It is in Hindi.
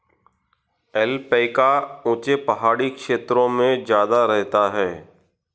ऐल्पैका ऊँचे पहाड़ी क्षेत्रों में ज्यादा रहता है